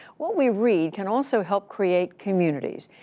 what we read can also help create communities.